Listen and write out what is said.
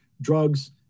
drugs